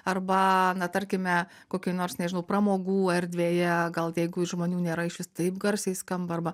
arba tarkime kokioj nors nežinau pramogų erdvėje gal jeigu iš žmonių nėra iš vis taip garsiai skamba arba